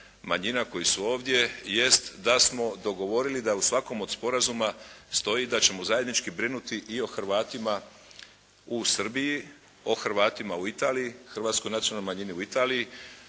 manjina koji su ovdje jest da smo dogovorili da u svakom od sporazuma stoji da ćemo zajednički brinuti i o Hrvatima u Srbiji, o Hrvatima u Italiji, hrvatskoj nacionalnoj manjini u Italiji.